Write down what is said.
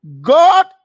God